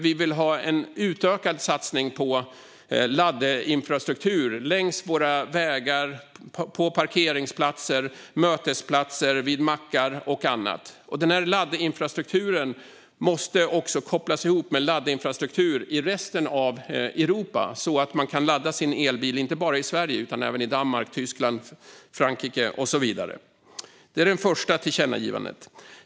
Vi vill ha en utökad satsning på laddinfrastruktur längs våra vägar, på parkeringsplatser och mötesplatser och vid mackar och annat. Denna laddinfrastruktur måste också kopplas ihop med laddinfrastruktur i resten av Europa, så att man kan ladda sin elbil inte bara i Sverige utan även i Danmark, Tyskland, Frankrike och så vidare. Det är det första tillkännagivandet.